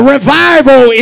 Revival